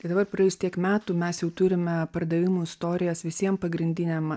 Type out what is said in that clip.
kai dabar praėjus tiek metų mes jau turime pardavimų istorijas visiem pagrindiniam